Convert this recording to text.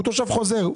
הוא תושב חוזר.